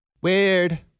Weird